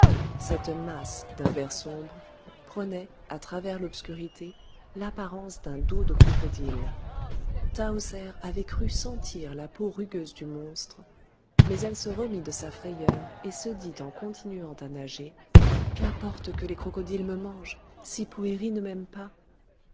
cette masse d'un vert sombre prenait à travers l'obscurité l'apparence d'un dos de crocodile tahoser avait cru sentir la peau rugueuse du monstre mais elle se remit de sa frayeur et se dit en continuant à nager qu'importe que les crocodiles me mangent si poëri ne m'aime pas